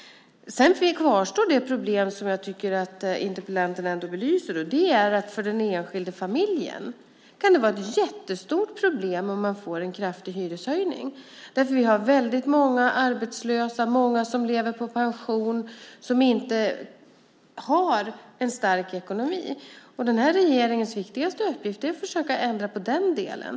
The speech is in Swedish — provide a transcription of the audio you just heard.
Sedan kvarstår det problem som jag tycker att interpellanten ändå belyser, nämligen att det för den enskilda familjen kan vara ett jättestort problem med en kraftig hyreshöjning. Det finns många arbetslösa, och det finns många som lever på pension, som inte har en stark ekonomi. Den här regeringens viktigaste uppgift är att försöka ändra på den delen.